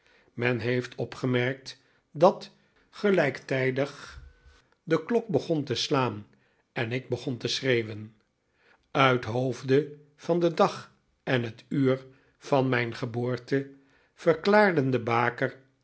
men heeft opgemerkt dat gelijktijdig de klok begon te slaan en ik begon te schreeuwen uithoofde van den dag en het uur van mijn geboorte verklaarden de baker